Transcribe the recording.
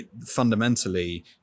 fundamentally